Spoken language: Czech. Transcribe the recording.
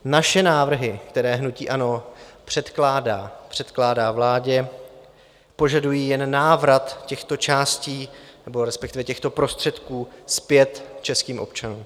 Naše návrhy, které hnutí ANO předkládá, předkládá vládě, požadují jen návrat těchto částí, nebo respektive těchto prostředků zpět českým občanům.